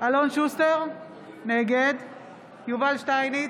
אלון שוסטר, נגד יובל שטייניץ,